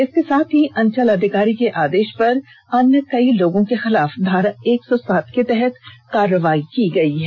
इसके साथ ही अंचलाधिकारी के आदेश पर अन्य कई लोगों के खिलाफ धारा एक सौ सात के तहत कार्रवाई की गई है